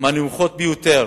מהנמוכות ביותר